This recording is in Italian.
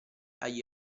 agli